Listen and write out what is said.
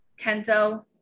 Kento